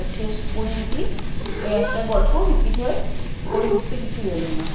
শেষ পরিণিতি ওই একটা গল্প রিপিট হয়ে পরিণিতিতে কিছু এলো না